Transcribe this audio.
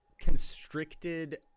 constricted